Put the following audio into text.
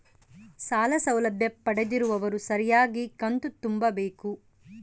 ಸಾಲ ಸೌಲಭ್ಯ ಪಡೆದಿರುವವರು ಸರಿಯಾಗಿ ಕಂತು ತುಂಬಬೇಕು?